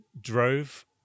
drove